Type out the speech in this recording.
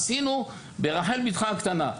עשינו ברחל ביתך הקטנה.